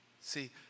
See